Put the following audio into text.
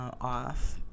off